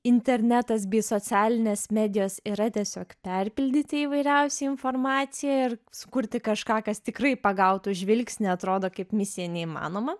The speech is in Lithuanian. internetas bei socialinės medijos yra tiesiog perpildyti įvairiausia informacija ir sukurti kažką kas tikrai pagautų žvilgsnį atrodo kaip misija neįmanoma